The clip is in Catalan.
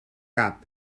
cap